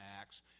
Acts